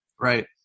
Right